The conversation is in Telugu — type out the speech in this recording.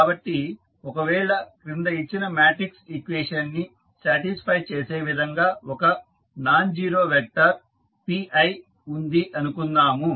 కాబట్టి ఒకవేళ క్రింద ఇచ్చిన మాట్రిక్స్ ఈక్వేషన్ ని సాటిస్ఫై చేసే విధంగా ఒక నాన్ జీరో వెక్టార్ pi ఉంది అనుకుందాం